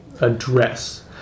address